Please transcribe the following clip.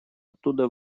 оттуда